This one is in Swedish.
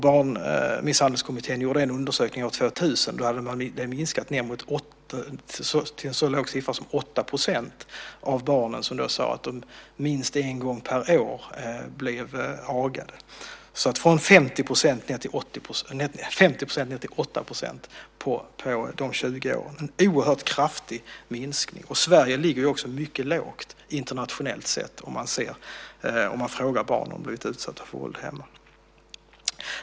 Barnmisshandelskommittén gjorde en undersökning år 2000, och då hade det minskat till en så låg siffra som 8 % som sade att de blev agade minst en gång per år. Det gick alltså från 50 % ned till 8 % på dessa 20 år - en oerhört kraftig minskning. Sverige ligger också mycket lågt internationellt sett om man frågar barn om de blivit utsatta för våld hemma.